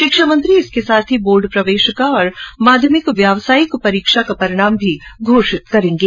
शिक्षा मंत्री इसके साथ ही बोर्ड प्रवेशिका ओर माध्यमिक व्यावसायिक परीक्षा का परिणाम भी घोषित करेगें